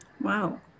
Wow